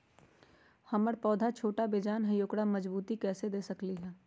हमर पौधा छोटा बेजान हई उकरा मजबूती कैसे दे सकली ह?